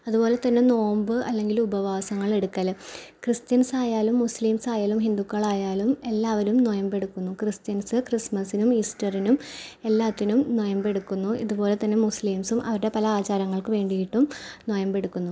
അതുപോലെ തന്നെ നോമ്പ് അല്ലെങ്കിൽ ഉപവാസങ്ങളെടുക്കൽ ക്രിസ്ത്യൻസ്സായാലും മുസ്ളീംസ്സായാലും ഹിന്ദുക്കളായാലും എല്ലാവരും നോയമ്പ് എടുക്കുന്നു ക്രിസ്ത്യൻസ്സ് ക്രിസ്മസിനും ഈസ്റ്ററിനും എല്ലാത്തിനും നോയമ്പ് എടുക്കുന്നു ഇത് പോലെതന്നെ മുസ്ളീംസ്സും അവരുടെ പല ആചാരങ്ങൾക്ക് വേണ്ടിയിട്ടും നോയമ്പ് എടുക്കുന്നു